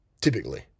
typically